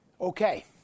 Okay